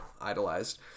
idolized